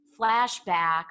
flashback